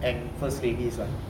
and first ladies ah